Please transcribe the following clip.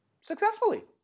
successfully